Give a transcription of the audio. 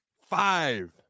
five